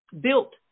built